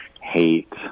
hate